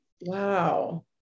Wow